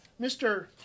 Mr